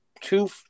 two